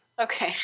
Okay